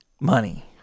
money